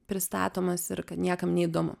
pristatomas ir kad niekam neįdomu